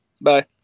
Bye